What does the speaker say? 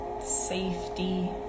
safety